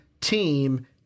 team